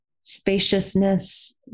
spaciousness